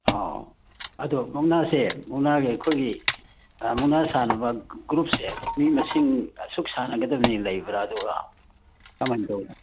ꯑꯣ ꯑꯗꯨ ꯃꯨꯛꯅꯥꯁꯦ ꯃꯨꯛꯅꯥꯒꯤ ꯑꯩꯈꯣꯏꯒꯤ ꯃꯨꯛꯅꯥ ꯁꯥꯟꯅꯕ ꯒ꯭ꯔꯨꯞꯁꯦ ꯃꯤ ꯃꯁꯤꯡ ꯑꯁꯨꯛ ꯁꯥꯟꯅꯒꯗꯕꯅꯤ ꯂꯩꯕ꯭ꯔꯥ ꯑꯗꯨꯒ ꯀꯃꯥꯏꯅ ꯇꯧꯋꯤ